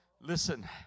Listen